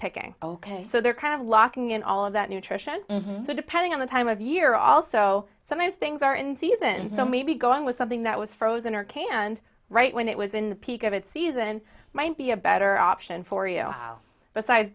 picking ok so they're kind of locking in all of that nutrition so depending on the time of year also sometimes things are in season so maybe going with something that was frozen or canned right when it was in the peak of its season might be a better option for you both sides